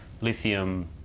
lithium